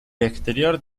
exterior